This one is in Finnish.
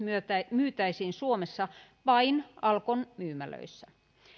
myytäisiin suomessa vain alkon myymälöissä